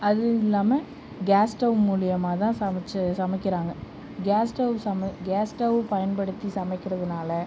அதுவும் இல்லாமல் gas stove மூலிமா தான் சமைச்சு சமைக்கிறாங்க கேஸ் ஸ்டவ் சம கேஸ் ஸ்டவ் பயன்படுத்தி சமைக்கிறதுனால்